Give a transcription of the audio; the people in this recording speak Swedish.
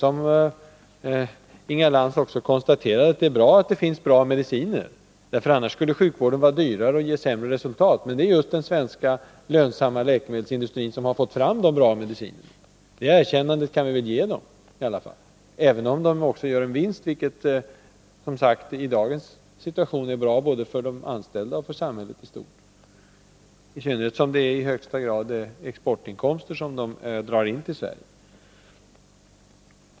Inga Lantz själv konstaterar ju att det är positivt att det finns bra mediciner, då sjukvården annars skulle vara dyrare och ge sämre resultat. Det är just den svenska, lönsamma läkemedelsindustrin som har fått fram dessa bra mediciner. Det erkännandet kan vi väl i alla fall ge industrin, även om den också går med vinst. Att läkemedelsindustrin är vinstgivande är, som sagt, i dagens situation bra både för de anställda och för samhället i stort — i synnerhet som det i högsta grad är exportinkomster som den drar in till Sverige.